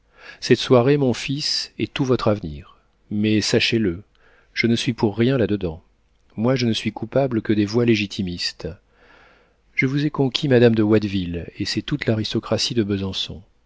cette soirée mon fils est tout votre avenir mais sachez-le je ne suis pour rien là-dedans moi je ne suis coupable que des voix légitimistes je vous ai conquis madame de watteville et c'est toute l'aristocratie de besançon